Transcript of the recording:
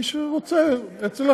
מי שרוצה, הנשיא הסביר את זה.